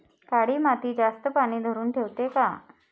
काळी माती जास्त पानी धरुन ठेवते का?